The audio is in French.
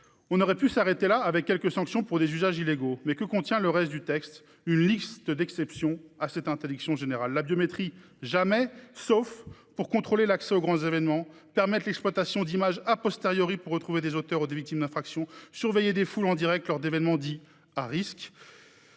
On aurait pu s'arrêter là, avec quelques sanctions pour des usages illégaux. Pourtant, que contient le reste du texte ? Une liste d'exceptions à cette interdiction générale. La biométrie ? Jamais, sauf pour contrôler l'accès aux grands événements, pour permettre l'exploitation d'images afin de retrouver des auteurs ou des victimes d'infractions, pour surveiller des foules en direct lors d'événements dits à risque ou